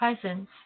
presence